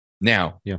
Now